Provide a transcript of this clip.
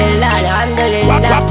Alhamdulillah